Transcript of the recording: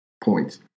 points